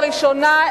לראשונה,